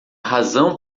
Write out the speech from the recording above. razão